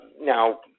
Now